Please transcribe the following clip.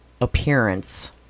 appearance